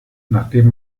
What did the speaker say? nachdem